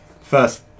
First